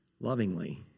Lovingly